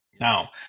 Now